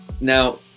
Now